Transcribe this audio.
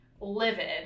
livid